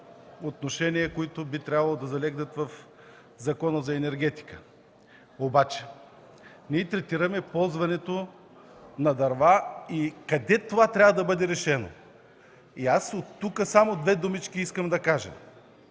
отношения, които би трябвало да залегнат в Закона за енергетиката, обаче ние третираме ползването на дърва и къде това трябва да бъде решено. Тук искам да кажа